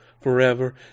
forever